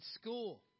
school